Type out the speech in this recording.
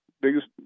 biggest